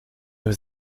was